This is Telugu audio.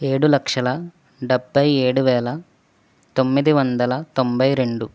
ఏడు లక్షల డెబ్బై ఏడు వేల తొమ్మిది వందల తొంభై రెండు